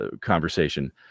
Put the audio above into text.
conversation